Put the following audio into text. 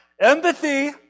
Empathy